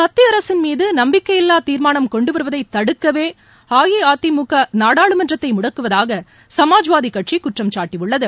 மத்திய அரசின் மீது நம்பிக்கையில்லா தீர்மானம் கொண்டு வருவதை தடுக்கவே அஇஅதிமுக நாடாளுமன்றத்தை முடக்குவதாக சமாஜ்வாதி கட்சி குற்றம்சாட்டியுள்ளது